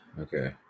Okay